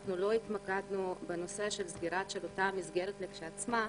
אנחנו לא התמקדנו בנושא של סגירה של אותה מסגרת כשלעצמה,